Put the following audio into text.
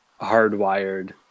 hardwired